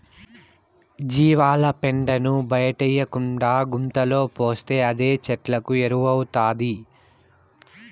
జీవాల పెండను బయటేయకుండా గుంతలో పోస్తే అదే చెట్లకు ఎరువౌతాది